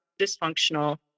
dysfunctional